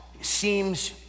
seems